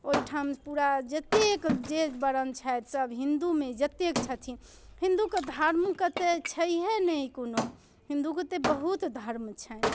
ओहि ठाम पूरा जतेक जे बरन छथि सभ हिन्दूमे जतेक छथिन हिन्दूके धर्मके तऽ छैहे नहि कोनो हिन्दूके तऽ बहुत धर्म छनि